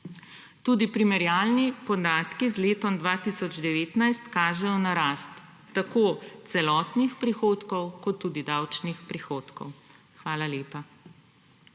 Tudi primerjalni podatki z letom 2019 kažejo na rast tako celotnih prihodkov kot tudi davčnih prihodkov. Hvala lepa.